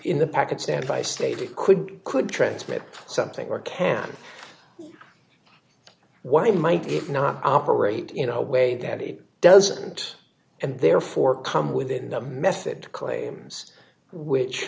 in the packet standby state it could could transmit something or can why might it not operate in a way that it doesn't and therefore come within the method claims which